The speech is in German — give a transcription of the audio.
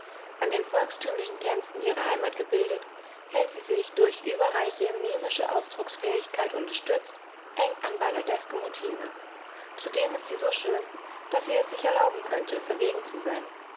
an den volkstümlichen tänzen ihrer heimat gebildet hält sie sich durch überreiche mimische ausdrucksfähigkeit unterstützt eng an balladeske motive zudem ist sie so schön daß sie es sich erlauben könnte verwegen zu sein